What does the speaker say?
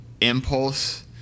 impulse